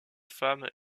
femme